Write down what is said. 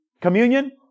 communion